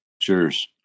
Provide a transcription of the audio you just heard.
Cheers